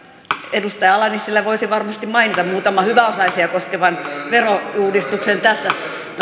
edustaja ala nissilä voisi varmasti mainita muutaman hyväosaisia koskevan verouudistuksen tässä no